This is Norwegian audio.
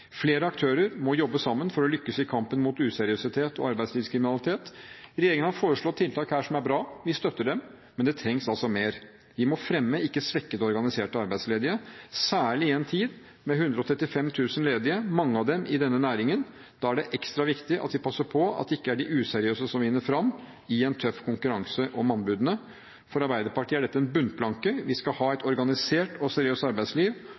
Flere aktører må jobbe sammen for at vi skal lykkes i kampen mot useriøsitet og arbeidslivskriminalitet. Regjeringen har foreslått tiltak som er bra. Vi støtter dem, men det trengs altså mer. Vi må fremme, ikke svekke det organiserte arbeidslivet, særlig i en tid med 135 000 ledige, mange av dem i denne næringen. Da er det ekstra viktig at vi passer på at det ikke er de useriøse som vinner fram, i en tøff konkurranse om anbudene. For Arbeiderpartiet er dette en bunnplanke. Vi skal ha et organisert og seriøst arbeidsliv,